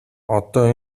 одоо